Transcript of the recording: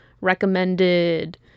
recommended